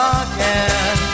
again